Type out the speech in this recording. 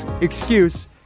excuse